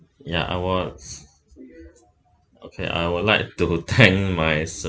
ya I was okay I would like to thank my